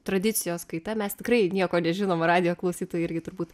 tradicijos kaita mes tikrai nieko nežinom radijo klausytojai irgi turbūt